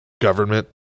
government